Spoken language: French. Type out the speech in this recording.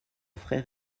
frère